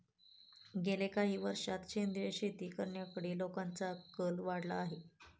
गेल्या काही वर्षांत सेंद्रिय शेती करण्याकडे लोकांचा कल वाढला आहे